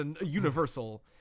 universal